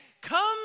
come